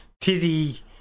Tizzy